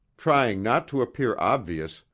trying not to appear obvious,